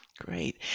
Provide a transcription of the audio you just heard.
Great